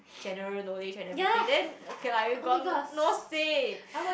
general knowledge and everything then okay lah you got no say